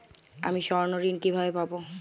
আমি স্বর্ণঋণ কিভাবে পাবো?